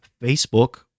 Facebook